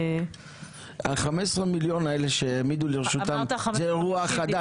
15 המיליון שהעמידו לרשותם, זה אירוע חדש.